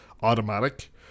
automatic